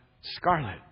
scarlet